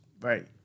right